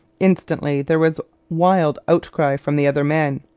instantly there was wild outcry from the other men.